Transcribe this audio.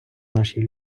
нашій